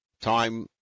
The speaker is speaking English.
time